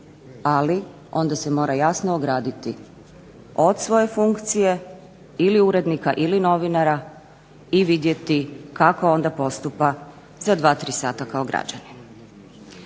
ali onda se mora jasno ograditi od svoje funkcije ili urednika ili novinara i vidjeti kako onda postupa za 2, 3 sata kao građanin.